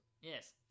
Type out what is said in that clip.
Yes